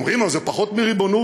אומרים: אז זה פחות מריבונות.